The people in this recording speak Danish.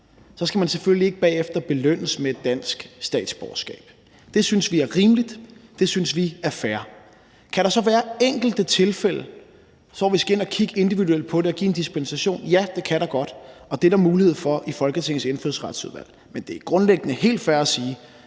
så skal man selvfølgelig ikke bag efter belønnes med et dansk statsborgerskab. Det synes vi er rimeligt; det synes vi er fair. Kan der være enkelte tilfælde, hvor vi skal ind at kigge individuelt på det og give en dispensation? Ja, det kan der godt, og det er der mulighed for i Folketingets Indfødsretsudvalg. Men det er grundlæggende helt fair at sige,